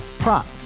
Prop